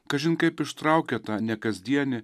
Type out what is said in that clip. kažin kaip ištraukia tą nekasdienį